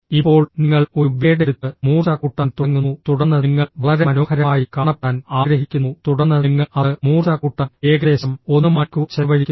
ഇപ്പോൾ നിങ്ങൾ ഒരു ബ്ലേഡ് എടുത്ത് മൂർച്ച കൂട്ടാൻ തുടങ്ങുന്നു തുടർന്ന് നിങ്ങൾ വളരെ മനോഹരമായി കാണപ്പെടാൻ ആഗ്രഹിക്കുന്നു തുടർന്ന് നിങ്ങൾ അത് മൂർച്ച കൂട്ടാൻ ഏകദേശം 1 മണിക്കൂർ ചെലവഴിക്കുന്നു